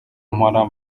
mpora